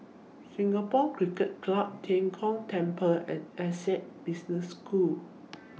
Singapore Cricket Club Tian Kong Temple and Essec Business School